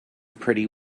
pretty